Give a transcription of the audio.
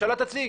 שהממשלה תציג.